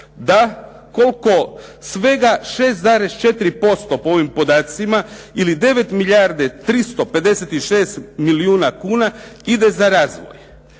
da koliko svega 6,4% ili 9 milijarde 356 milijuna kuna ide za razvoj.